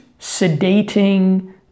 sedating